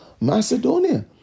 Macedonia